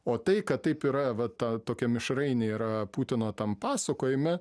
o tai kad taip yra va ta tokia mišrainė yra putino tam pasakojime